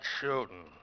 shooting